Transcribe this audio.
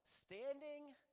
standing